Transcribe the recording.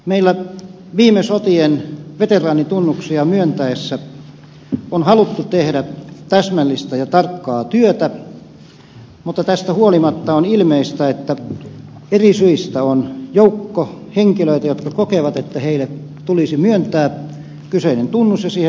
meillä viime sotien veteraanitunnuksia myönnettäessä on haluttu tehdä täsmällistä ja tarkkaa työtä mutta tästä huolimatta on ilmeistä että eri syistä on joukko henkilöitä jotka kokevat että heille tulisi myöntää kyseinen tunnus ja siihen liittyvät etuudet